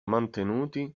mantenuti